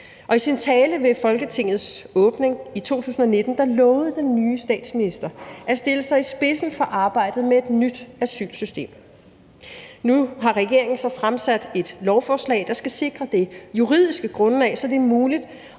i sin tale ved Folketingets åbning i 2019 lovede den nye statsminister at stille sig i spidsen for arbejdet med et nyt asylsystem. Nu har regeringen så fremsat et lovforslag, der skal sikre det juridiske grundlag, så det er muligt